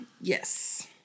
yes